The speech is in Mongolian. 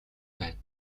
байна